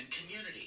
community